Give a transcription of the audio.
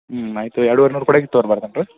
ಹ್ಞೂ ಆಯಿತು ಎರಡುವರೆ ನೂರು